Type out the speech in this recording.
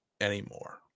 anymore